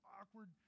awkward